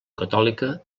catòlica